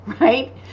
right